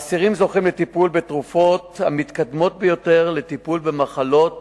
האסירים זוכים לטיפול בתרופות המתקדמות ביותר לטיפול במחלות